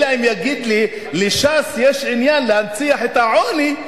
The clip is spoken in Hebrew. אלא אם יגיד לי: לש"ס יש עניין להנציח את העוני,